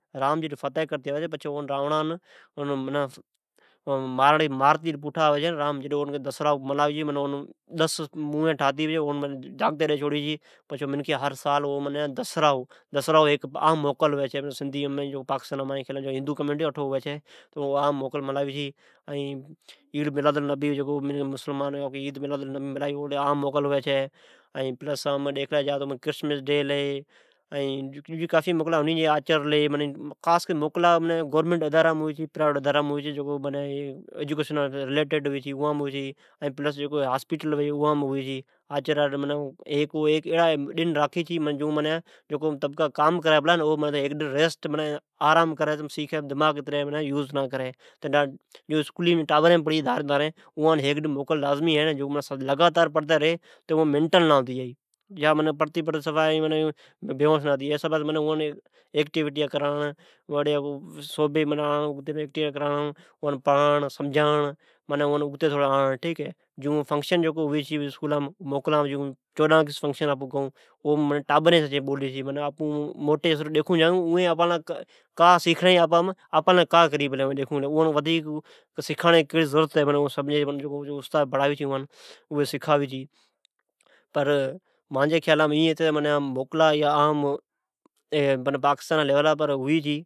رام جڈ فتع کرتئآوی چھی ۔ او راونڑنہ مارتی پوٹھا آوی تو پچھی۔ راوڑ جی مورتی ٹھاتی بھڑی ڈس موین ٹھاوی چھے، پچھیاون جاگتی ڈیتی چھوڑی چھے۔ او ڈنھن دسرائو جی عام موکل ھوی چھے ۔ سندھیم پوری پاکستاںم ،جٹھے ہندو ھوی چھی اٹھو۔ اوہی عام موکل ملائی چھی ۔ این مسلمان عید میلاالنبی ملائی چھی ۔ اوجی عام موکل ھوی چھی۔ کرشمرش ڈی ھلی ۔کھاس کرتی گورمینٹ ایدارام ائین پرائیٹایدارام جکو خاص کرتی ایجوکیشنا س ایداران م موکلا ھئی چھے ۔این پلس ھاسپیٹل مین موکل ھوی چھئ ، ھیک ڈن ایڑا راکھی چھی جون جکو تبکہ کام کری پلا او ی جون ھیک ڈٖنھن رسٹ مونی آرام کری سگھی۔ دماغ اتری یوز نہ کری ۔جون اسکولیم ٹابرین پڑیھ ڈارین دارین اوان ھیک ڈن موکل لازمی ھین ۔لگا تار پڑتی ری تو اوین مینٹل نا ھتی جائی ۔ اہجے لےکرتی اوان ایکٹیوٹیا کرانڑ ۔اوان پڑانڑ سمجھانڑ اوان اگتی آڑنڑ ٹھک ھی، جون پھکشن ھوی چھی موکلام جون چوڈان آگیسٹ جا پھکشن ھوی چھی، اوم ٹابرین بولی چھی۔ موٹی ڈیکھون جائی چھون کا سیکھلی ھی کیھڑی ضرت ھی آپام تو استادی اوان کا سکھالی اوین کا کئی پلین ۔ پر مان جی خیالام ائین ھی تہ معنی موکلا ایا عام، معنی پاکستان جی لیولا پر ھوی چھی۔